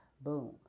Boom